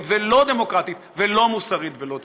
ולא דמוקרטית ולא מוסרית ולא ציונית.